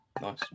Nice